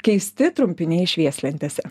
keisti trumpiniai švieslentėse